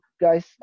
guys